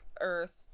earth